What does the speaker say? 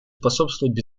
способствовать